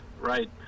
Right